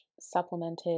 supplemented